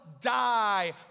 die